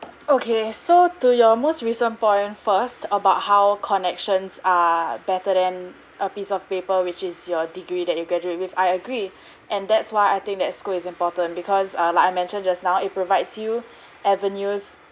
okay so to your most recent point first about how connections are better than a piece of paper which is your degree that you gradually with I agree and that's why I think that school is important because uh like I mentioned just now it provides you avenues